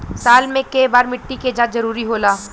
साल में केय बार मिट्टी के जाँच जरूरी होला?